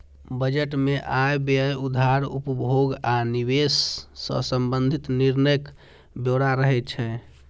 budget मे आय, व्यय, उधार, उपभोग आ निवेश सं संबंधित निर्णयक ब्यौरा रहै छै